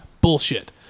Bullshit